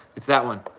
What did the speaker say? it's that one.